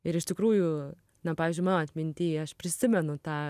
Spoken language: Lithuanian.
ir iš tikrųjų na pavyzdžiui mano atminty aš prisimenu tą